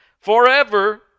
forever